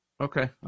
Okay